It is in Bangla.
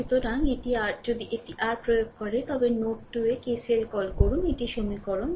সুতরাং এটি r যদি r প্রয়োগ করে তবে নোড 2 এ KCL কল করুন এটি সমীকরণ